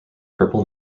purple